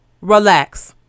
Relax